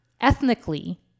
Ethnically